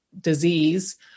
disease